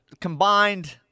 Combined